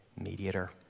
mediator